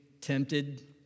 tempted